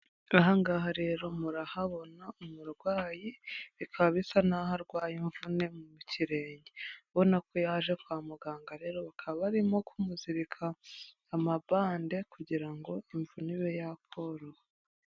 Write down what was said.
Aha ngaha rero murahabona umurwayi bikaba bisa n'aho arwaye imvune mu kirenge ubona ko yaje kwa muganga rero bakaba barimo kumuzirika amabande kugira ngo imvune ibe yakoroha.